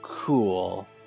cool